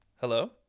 Hello